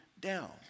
down